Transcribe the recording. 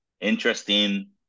Interesting